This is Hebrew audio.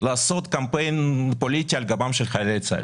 לעשות קמפיין פוליטי על גבם של חיילי צה"ל.